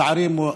לצערי,